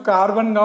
Carbon